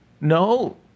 No